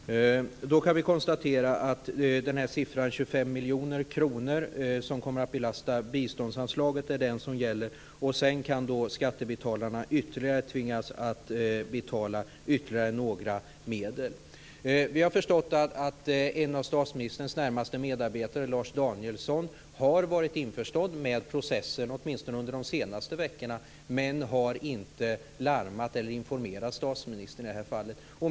Fru talman! Då kan vi konstatera att siffran 25 miljoner kronor som kommer att belasta biståndsanslaget är den som gäller, och sedan kan skattebetalarna tvingas att betala ytterligare en del. Vi har förstått att en av statsministerns närmaste medarbetare, Lars Danielsson, har varit införstådd med processen, åtminstone under de senaste veckorna, men att han inte har larmat eller informerat statsministern i detta fall.